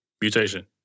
Mutation